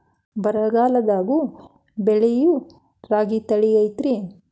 ಬರಗಾಲದಾಗೂ ಬೆಳಿಯೋ ರಾಗಿ ತಳಿ ಐತ್ರಿ?